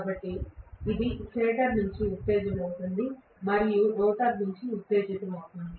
కాబట్టి ఇది స్టేటర్ నుండి ఉత్తేజితమవుతుంది మరియు రోటర్ నుండి ఉత్తేజితమవుతుంది